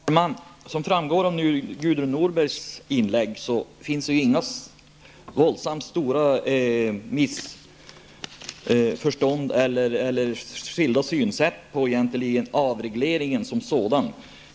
Herr talman! Som framgår av Gudrun Norbergs inlägg råder det inga stora missförstånd, och det finns inga skilda synsätt på avregleringen som sådan.